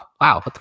wow